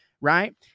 right